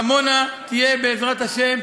עמונה תהיה, בעזרת השם,